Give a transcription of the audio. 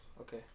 Okay